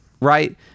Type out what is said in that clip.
Right